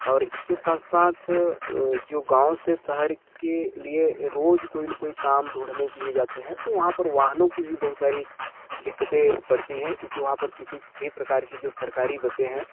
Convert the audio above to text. और इसके साथ साथ जो गाँव से शहर के लिए रोज़ कोई न कोई काम ढूँढ़ने के लिए जाते हैं तो वहाँ पर वाहनों की भी बहुत सारी दिक्कतें पड़ती है क्योंकि वहाँ पर किसी भी प्रकार की जो सरकारी बसे हैं